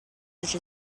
such